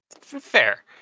Fair